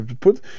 put